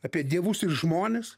apie dievus ir žmones